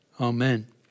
Amen